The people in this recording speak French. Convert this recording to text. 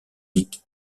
dick